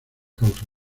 causas